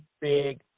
big